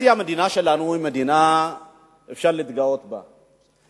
האמת היא שהמדינה שלנו היא מדינה שאפשר להתגאות בה.